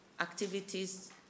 activities